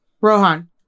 Rohan